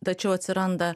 tačiau atsiranda